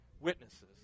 witnesses